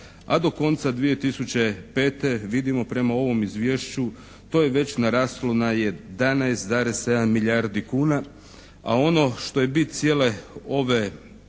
a do konca 2005. vidimo prema ovom izvješću to je već naraslo na 11,7 milijardi kuna, a ono što je bit cijele ove